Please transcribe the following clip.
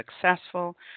successful